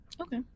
Okay